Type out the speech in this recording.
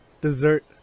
dessert